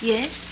Yes